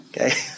Okay